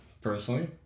personally